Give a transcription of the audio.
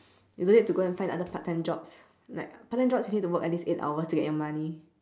you don't need to go and find other part time jobs like part time jobs you need to work at least eight hours to get your money